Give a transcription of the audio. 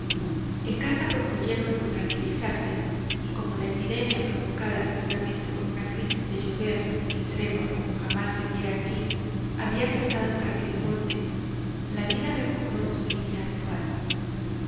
en casa concluyeron por tranquilizarse y como la epidemia provocada seguramente por una crisis de llover sin tregua como jamás se viera aquí había cesado casi de golpe la vida recobró su línea habitual